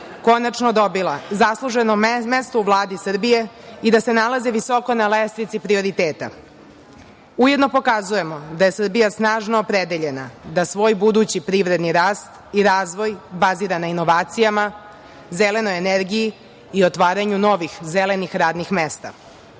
konačno dobila zasluženo mesto u Vladi Srbije i da se nalaze visoko na lestvici prioriteta. Ujedno pokazujemo da je Srbija snažno opredeljena da svoj budući privredni rast i razvoj bazira na inovacijama, zelenoj energiji i otvaranju novih, zelenih radnih